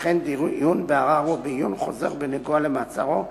וכן דיון בערר או בעיון חוזר בנוגע למעצרו,